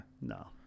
No